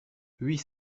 huit